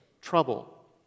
trouble